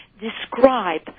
describe